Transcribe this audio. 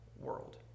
world